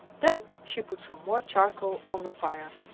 then she put some more charcoal on the fire.